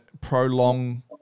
prolong